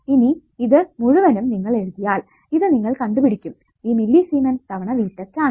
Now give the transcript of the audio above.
ഇനി ഇത് മുഴുവനും നിങ്ങൾ എഴുതിയാൽ ഇത് നിങ്ങൾ കണ്ടുപിടിക്കും ഈ മില്ലി സിമെൻ തവണ V test ആണെന്ന്